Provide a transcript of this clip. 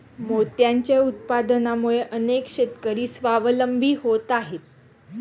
मोत्यांच्या उत्पादनामुळे अनेक शेतकरी स्वावलंबी होत आहेत